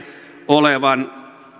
olevan